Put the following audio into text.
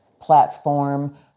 platform